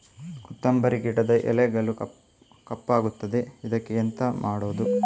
ಕೊತ್ತಂಬರಿ ಗಿಡದ ಎಲೆಗಳು ಕಪ್ಪಗುತ್ತದೆ, ಇದಕ್ಕೆ ಎಂತ ಮಾಡೋದು?